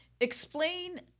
explain